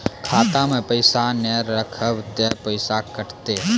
खाता मे पैसा ने रखब ते पैसों कटते?